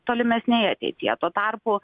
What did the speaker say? tolimesnėje ateityje tuo tarpu